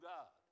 God